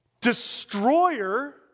Destroyer